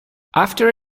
after